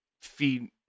feed